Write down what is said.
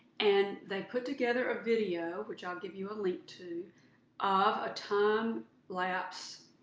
and they put together a video which i'll give you a link to of a time lapse